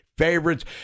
favorites